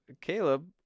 Caleb